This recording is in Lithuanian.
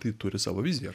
tai turi savo viziją